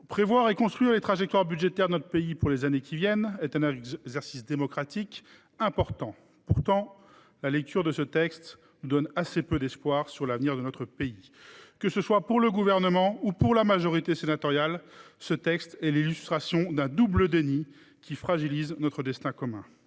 Prévoir et construire les trajectoires budgétaires de notre pays pour les années qui viennent est un exercice démocratique important. Pourtant, la lecture de ce texte nous donne assez peu d’espoir sur l’avenir de notre pays. Que ce soit pour le Gouvernement ou pour la majorité sénatoriale, ce projet de loi est l’illustration d’un double déni qui fragilise notre destin commun.